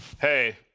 Hey